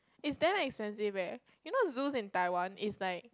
is damn expensive eh you know zoos in Taiwan is like